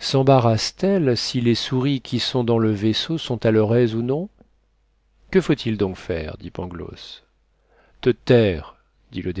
sembarrasse t elle si les souris qui sont dans le vaisseau sont à leur aise ou non que faut-il donc faire dit pangloss te taire dit le